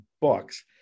books